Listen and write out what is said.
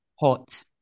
Hot